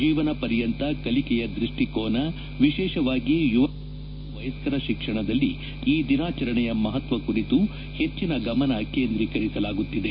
ಜೀವನ ಪರ್ಯಂತ ಕಲಿಕೆಯ ದೃಷ್ಷಿಕೋನ ವಿಶೇಷವಾಗಿ ಯುವಜನತೆ ಮತ್ತು ವಯಸ್ಕರ ಶಿಕ್ಷಣದಲ್ಲಿ ಈ ದಿನಾಚರಣೆಯ ಮಹತ್ವ ಕುರಿತು ಹೆಚ್ಚಿನ ಗಮನ ಕೇಂದ್ರೀಕರಿಸಲಾಗುತ್ತಿದೆ